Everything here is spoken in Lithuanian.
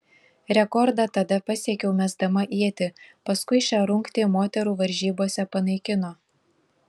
rekordą tada pasiekiau mesdama ietį paskui šią rungtį moterų varžybose panaikino